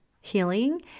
healing